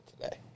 today